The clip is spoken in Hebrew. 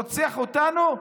רוצח אותנו,